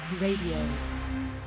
Radio